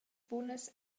bunas